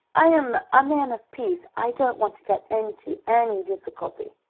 i am a man of peace. i don't want to get into any difficulty.